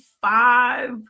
five